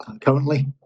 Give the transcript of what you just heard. currently